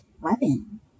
weapon